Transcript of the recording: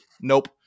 Nope